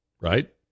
Right